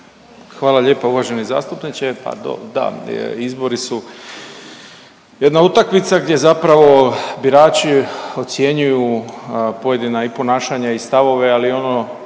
Hvala lijepa uvaženi zastupniče. Pa do da, izbori su jedna utakmica gdje zapravo birači ocjenjuju pojedina i ponašanja i stavove ali ono